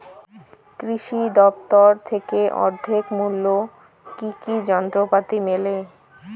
কৃষি দফতর থেকে অর্ধেক মূল্য কি কি যন্ত্রপাতি মেলে?